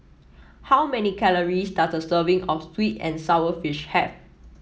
how many calories does a serving of sweet and sour fish have